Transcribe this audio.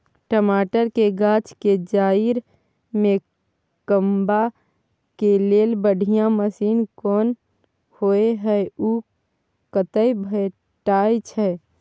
टमाटर के गाछ के जईर में कमबा के लेल बढ़िया मसीन कोन होय है उ कतय भेटय छै?